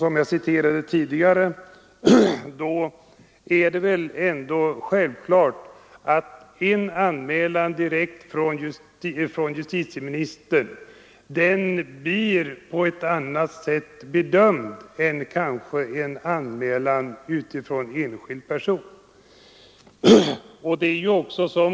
Om nu justitiekanslern är regeringens ombudsman, är det väl självklart att en anmälan direkt från justitieministern blir bedömd på ett annat sätt än en anmälan från enskild person.